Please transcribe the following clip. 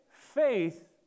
faith